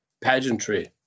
pageantry